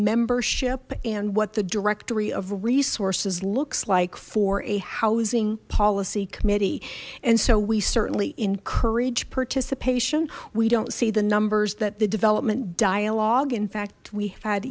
membership and what the directory of resources looks like for a housing policy committee and so we certainly encourage participation we don't see the numbers that the development dialogue in fact we had